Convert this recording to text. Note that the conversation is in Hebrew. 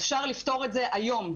אפשר לפתור את זה היום,